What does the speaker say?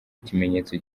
ikimenyetso